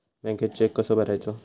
बँकेत चेक कसो भरायचो?